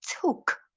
took